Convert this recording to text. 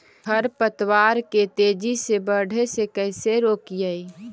खर पतवार के तेजी से बढ़े से कैसे रोकिअइ?